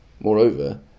Moreover